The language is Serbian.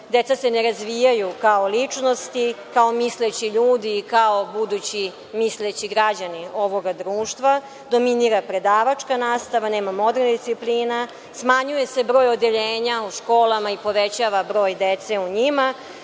Deca se ne razvijaju, kao ličnosti, kao misleći ljudi, kao budući misleći građani ovoga društva. Dominira predavačka nastava, nema modernih disciplina. Smanjuje se broj odeljenja u školama i povećava broj dece u njima.